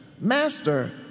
Master